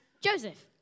Joseph